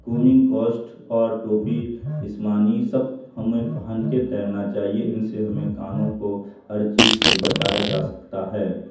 cost اور ٹوپی جسمانی سب ہمیں پہن کے تیرنا چاہیے ان سے ہمیں کانوں کو ہر چیز سے بچایا جا سکتا ہے